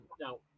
Now